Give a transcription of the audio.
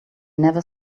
never